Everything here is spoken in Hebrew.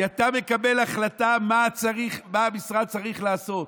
כי אתה מקבל החלטה מה המשרד צריך לעשות.